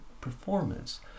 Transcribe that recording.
performance